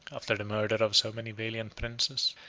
after the murder of so many valiant princes,